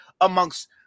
amongst